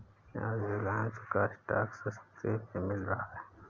आज रिलायंस का स्टॉक सस्ते में मिल रहा है